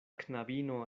knabino